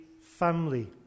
family